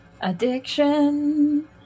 Addiction